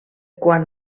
quan